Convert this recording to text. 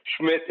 Schmidt